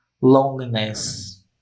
loneliness